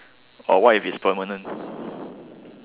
but what if is permanent